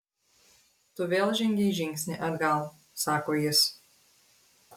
tu vėl žengei žingsnį atgal sako jis